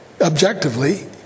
objectively